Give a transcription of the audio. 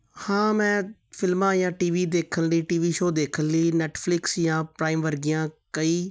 ਹਾਂ ਮੈਂ ਫਿਲਮਾਂ ਜਾਂ ਟੀਵੀ ਦੇਖਣ ਲਈ ਟੀਵੀ ਸ਼ੋਅ ਦੇਖਣ ਲਈ ਨੈੱਟਫਲਿਕਸ ਜਾਂ ਪ੍ਰਾਈਮ ਵਰਗੀਆਂ ਕਈ